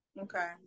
Okay